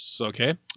Okay